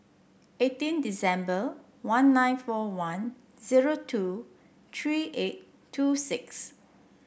eighteen December one nine four one zero two three eight two six